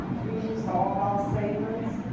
we used all our savings.